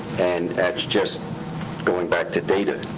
and it's just going back to data.